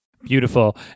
Beautiful